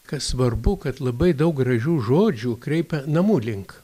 kas svarbu kad labai daug gražių žodžių kreipia namų link